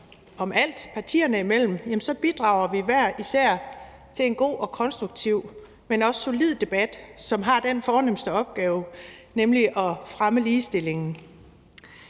om alt partierne imellem, så bidrager vi hver især til en god og konstruktiv, men også solid debat, som har den fornemste opgave, nemlig at fremme ligestillingen.